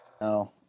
No